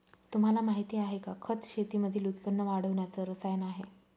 तुम्हाला माहिती आहे का? खत शेतीमधील उत्पन्न वाढवण्याच रसायन आहे